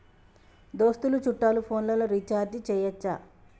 దోస్తులు చుట్టాలు ఫోన్లలో రీఛార్జి చేయచ్చా?